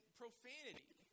profanity